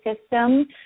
system